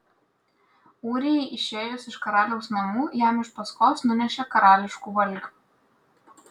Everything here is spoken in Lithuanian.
ūrijai išėjus iš karaliaus namų jam iš paskos nunešė karališkų valgių